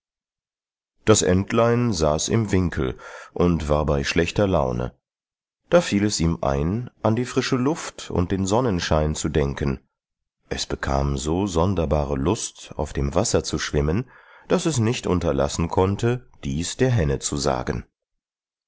das entlein saß im winkel und war bei schlechter laune da fiel es ihm ein an die frische luft und den sonnenschein zu denken es bekam so sonderbare lust auf dem wasser zu schwimmen daß es nicht unterlassen konnte dies der henne zu sagen